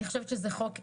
זה חוק ערכי,